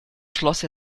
schloss